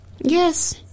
Yes